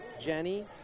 Jenny